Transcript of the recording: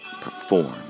perform